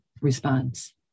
response